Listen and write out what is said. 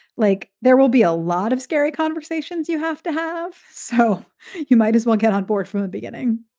like, there will be a lot of scary conversations you have to have. so you might as well get on board from the beginning.